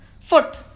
foot